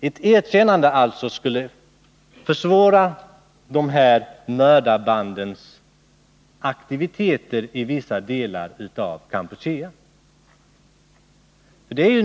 Ett erkännande skulle alltså försvåra de här mördarbandens aktiviteter i vissa delar av Kampuchea.